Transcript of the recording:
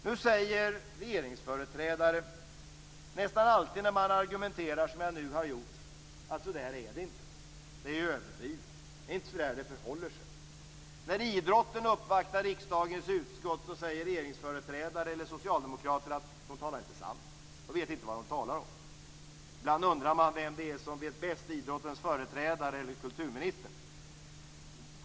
Nu säger regeringsföreträdare nästan alltid när man argumenterar som jag nu har gjort: Så där är det inte. Det där är överdrivet. Det är inte så där det förhåller sig. När idrottens representanter uppvaktar riksdagens utskott säger regeringsföreträdare eller socialdemokrater att dessa representanter inte talar sanning och att de inte vet vad de talar om. Ibland undrar man vem det är som vet bäst, idrottens företrädare eller kulturministern.